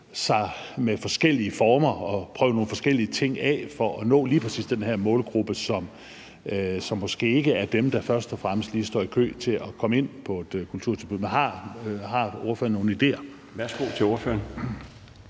frem med forskellige former og prøve nogle forskellige ting af for at nå lige præcis den her målgruppe, som måske ikke er dem, der først og fremmest lige står i kø til at bruge et kulturtilbud. Men har ordførerne nogen idéer? Kl. 13:47 Den